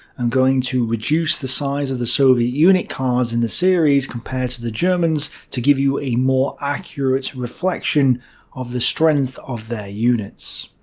i'm going to reduce the size of the soviet unit cards in this series compared to the germans to give you a more accurate reflection of the strength of their units.